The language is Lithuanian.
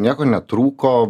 nieko netrūko